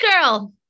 girl